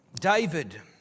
David